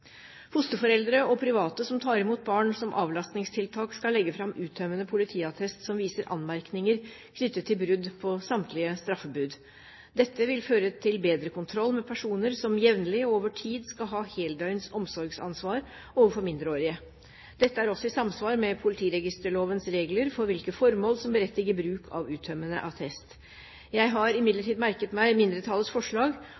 Fosterforeldre og private som tar imot barn som avlastningstiltak, skal legge fram uttømmende politiattest som viser anmerkninger knyttet til brudd på samtlige straffebud. Dette vil føre til bedre kontroll med personer som jevnlig og over tid skal ha heldøgns omsorgsansvar overfor mindreårige. Dette er også i samsvar med politiregisterlovens regler for hvilke formål som berettiger bruk av uttømmende attest. Jeg har